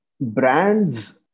brands